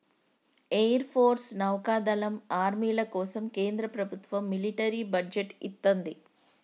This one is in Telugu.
ఎయిర్ ఫోర్స్, నౌకాదళం, ఆర్మీల కోసం కేంద్ర ప్రభత్వం మిలిటరీ బడ్జెట్ ఇత్తంది